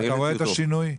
אתה רואה את השינוי?